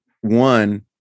one